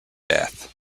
death